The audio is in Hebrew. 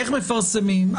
איך מפרסמים?